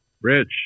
Rich